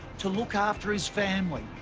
to look after his family,